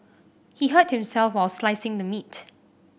he hurt himself while slicing the meat